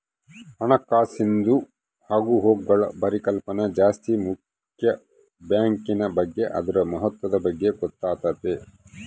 ಹಣಕಾಸಿಂದು ಆಗುಹೋಗ್ಗುಳ ಪರಿಕಲ್ಪನೆ ಜಾಸ್ತಿ ಮುಕ್ಯ ಬ್ಯಾಂಕಿನ್ ಬಗ್ಗೆ ಅದುರ ಮಹತ್ವದ ಬಗ್ಗೆ ಗೊತ್ತಾತತೆ